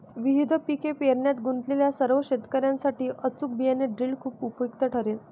विविध पिके पेरण्यात गुंतलेल्या सर्व शेतकर्यांसाठी अचूक बियाणे ड्रिल खूप उपयुक्त ठरेल